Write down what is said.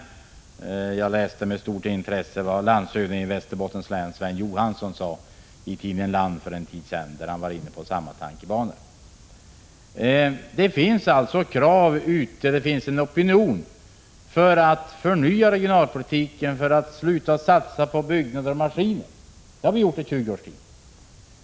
Jag läste med stort intresse vad landshövdingen i Västerbottens län Sven Johansson för en tid sedan skrev i tidningen Land, där han var inne på samma tankebanor. Det finns alltså en opinion för en förnyelse av regionalpolitiken, innebärande att man upphör att satsa på byggnader och maskiner. Sådana satsningar har vi nu gjort under 20 års tid.